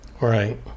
Right